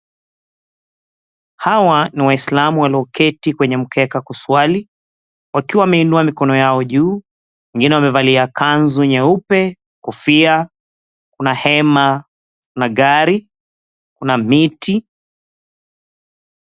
Hawa ni waislamu walioketi kwenye mkeka kuswali wakiwa wameinua mikono yao juu. Wengine wamevalia kanzu nyeupe, kofia, kuna hema na gari, kuna miti.